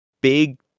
big